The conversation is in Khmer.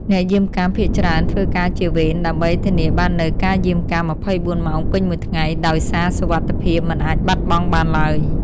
អ្នកយាមកាមភាគច្រើនធ្វើការជា វេន ដើម្បីធានាបាននូវការយាមកាម ២៤ ម៉ោងពេញមួយថ្ងៃ ដោយសារសុវត្ថិភាពមិនអាចបាត់បង់បានឡើយ។